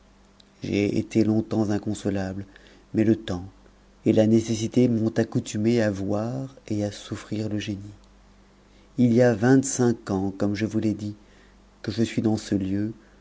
j'ai été longtemps inconsolable mais le temps et la nécessité m'ont accoutumée à voir et à souffrir le génie il y a vingt-cinq ans comme je vous l'ai déjà dit que je suis dans ce lieu